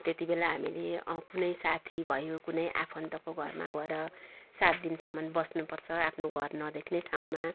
त्यति बेला हामीले कुनै साथी भयो कुनै आफन्तको घरमा गएर सात दिनसम्म बस्नुपर्छ आफ्नो घर नदेख्ने ठाउँमा